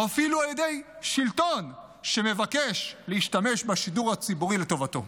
או אפילו על ידי שלטון שמבקש להשתמש בשידור הציבורי לטובתו.